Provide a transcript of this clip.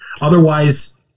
otherwise